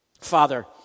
Father